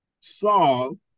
Saul